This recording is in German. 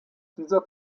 dieser